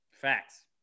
Facts